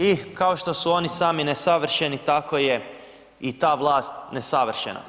I kao što su oni sami nesavršeni tako je i ta vlast nesavršena.